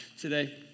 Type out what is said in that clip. today